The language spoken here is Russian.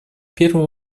первую